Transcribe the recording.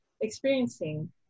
experiencing